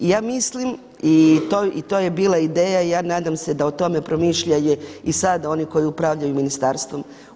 I ja mislim i to je bila ideja i ja nadam se da o tome promišljaju i sada oni koji upravljaju ministarstvom.